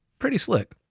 pretty slick.